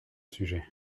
sujet